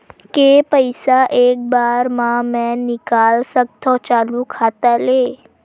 के पईसा एक बार मा मैं निकाल सकथव चालू खाता ले?